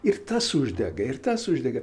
ir tas uždega ir tas uždega